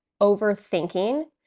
overthinking